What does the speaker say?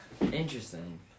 Interesting